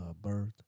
birth